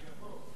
בעזרת השם.